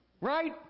Right